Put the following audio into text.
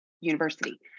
university